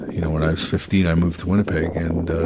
you know, when i was fifteen i moved to winnipeg and ah,